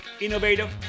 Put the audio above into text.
innovative